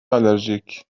آلرژیک